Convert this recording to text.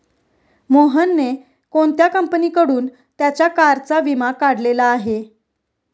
मोहनने कोणत्या कंपनीकडून त्याच्या कारचा विमा काढलेला आहे?